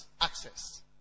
Access